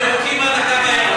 אנחנו ירוקים עד הקו הירוק.